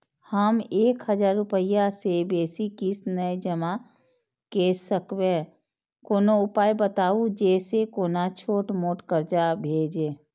हम एक हजार रूपया से बेसी किस्त नय जमा के सकबे कोनो उपाय बताबु जै से कोनो छोट मोट कर्जा भे जै?